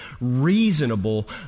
reasonable